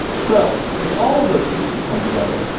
so if all of those pieces come together,